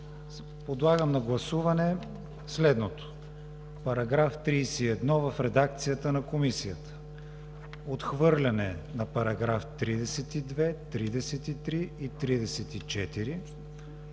Подлагам на гласуване следното: § 31 в редакцията на Комисията, отхвърляне на параграфи 32, 33 и 34,